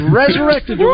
resurrected